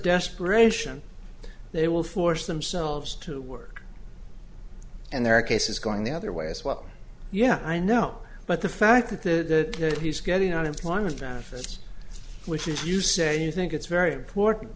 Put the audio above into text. desperation they will force themselves to work and there are cases going the other way as well yeah i know but the fact that the that he's getting unemployment benefits which is you say you think it's very important